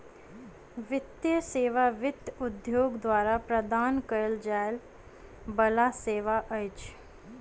वित्तीय सेवा वित्त उद्योग द्वारा प्रदान कयल जाय बला सेवा अछि